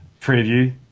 preview